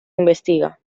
investiga